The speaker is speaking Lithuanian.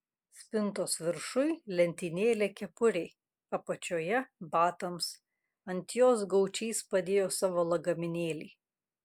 spintos viršuj lentynėlė kepurei apačioje batams ant jos gaučys padėjo savo lagaminėlį